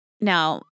Now